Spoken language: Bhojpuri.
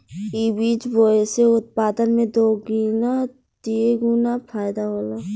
इ बीज बोए से उत्पादन में दोगीना तेगुना फायदा होला